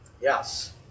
Yes